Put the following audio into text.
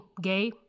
gay